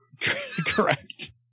Correct